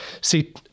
See